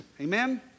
Amen